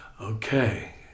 okay